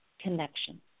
Connection